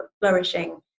flourishing